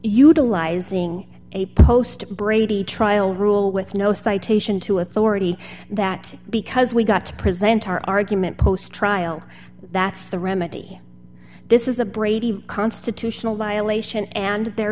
utilizing a post brady trial rule with no citation to authority that because we got to present our argument post trial that's the remedy this is a brady constitutional violation and there